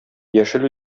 яшел